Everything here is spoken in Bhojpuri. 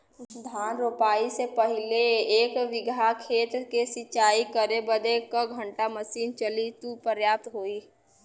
धान रोपाई से पहिले एक बिघा खेत के सिंचाई करे बदे क घंटा मशीन चली तू पर्याप्त होई?